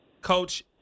Coach